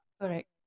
correct